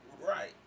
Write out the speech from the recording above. Right